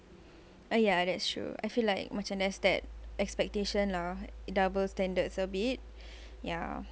uh ya that's true I feel like macam there's that expectation lah double standards a bit ya